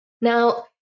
now